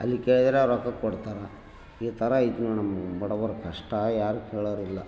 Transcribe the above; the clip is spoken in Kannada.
ಅಲ್ಲಿ ಕೇಳಿದ್ರೆ ರೊಕ್ಕ ಕೊಡ್ತಾರ ಈ ಥರ ಇತ್ತು ನೋಡ್ನಮ್ ಬಡವರ ಕಷ್ಟ ಯಾರು ಕೇಳೋರಿಲ್ಲ